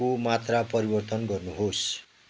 को मात्रा परिवर्तन गर्नुहोस्